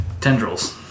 tendrils